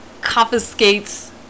confiscates